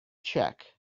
check